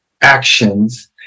actions